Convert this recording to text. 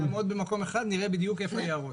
נעמוד במקום אחד ונראה איפה היערות.